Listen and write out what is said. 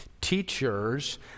teachers